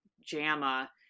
JAMA